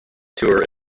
tour